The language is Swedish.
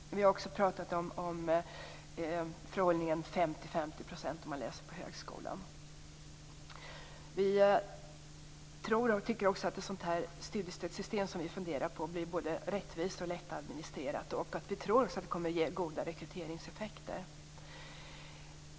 Även vi har talat om fördelningen 50-50 om man läser på högskola. Ett sådant system som vi funderar på blir både rättvist och lättadministrerat. Vi tror också att det kommer att ge goda rekryteringseffekter.